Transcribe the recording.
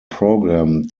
program